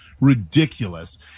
ridiculous